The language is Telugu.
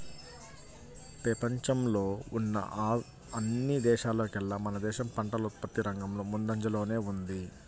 పెపంచంలో ఉన్న అన్ని దేశాల్లోకేల్లా మన దేశం పంటల ఉత్పత్తి రంగంలో ముందంజలోనే ఉంది